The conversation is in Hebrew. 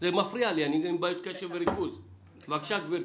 בבקשה, גבירתי.